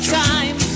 time